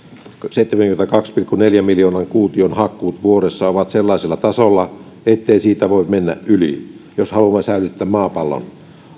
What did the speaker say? seitsemänkymmenenkahden pilkku neljän miljoonan kuution hakkuut vuodessa ovat sellaisella tasolla ettei siitä voi mennä yli jos haluamme säilyttää maapallon